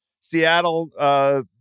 Seattle